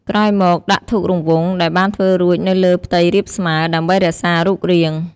ក្រោយមក ដាក់ធូបរង្វង់ ដែលបានធ្វើរួចនៅលើផ្ទៃរាបស្មើ ដើម្បីរក្សារូបរាង។